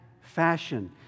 fashion